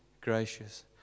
gracious